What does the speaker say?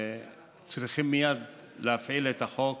שצריכים מייד להפעיל את החוק